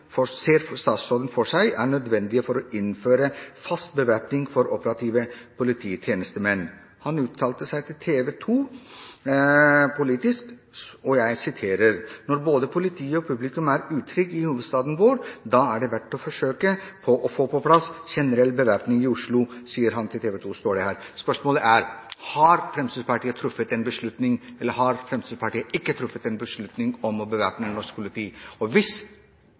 for seg er nødvendig for å innføre fast bevæpning for operative polititjenestemenn?» Han uttalte til TV 2 Politisk: «Når både politiet og publikum er utrygg i hovedstaden vår – da er det verdt et forsøk på å få på plass generell bevæpning i Oslo.» Spørsmålet er: Har Fremskrittspartiet truffet en beslutning, eller har Fremskrittspartiet ikke truffet en beslutning om å bevæpne norsk politi? Og hvis